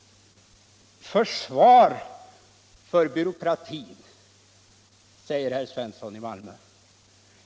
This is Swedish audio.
Försvar för byråkratin, säger herr Svensson i Malmö.